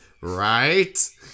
right